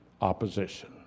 opposition